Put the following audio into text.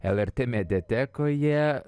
lrt mediatekoje